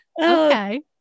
Okay